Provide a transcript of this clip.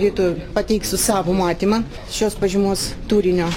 rytoj pateiksiu savo matymą šios pažymos turinio